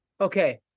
okay